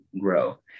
grow